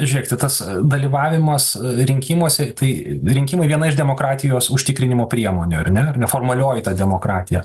žiūrėkite tas dalyvavimas rinkimuose tai rinkimai viena iš demokratijos užtikrinimo priemonių ar ne ar neformalioji ta demokratija